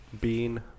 Bean